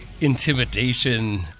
intimidation